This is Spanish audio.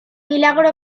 milagro